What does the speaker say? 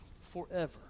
forever